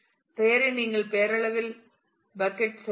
பெயரை நீங்கள் பெயரளவில் பக்கட் செய்யலாம்